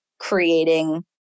creating